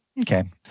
Okay